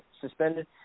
suspended